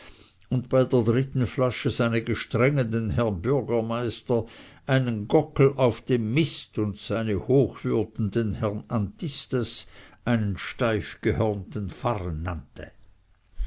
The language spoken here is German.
und bei der dritten flasche seine gestrengen den herrn bürgermeister einen gockel auf dem mist und seine hochwürden den herrn antistes einen steif gehörnten farren